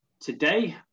Today